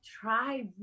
try